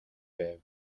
байв